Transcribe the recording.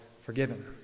forgiven